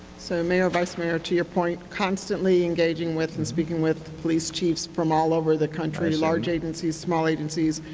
so mayor, vice mayor to your point constantly engaging with and speaking with the police chiefs from all over the country, large agencies, small agencies,